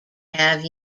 have